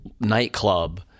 nightclub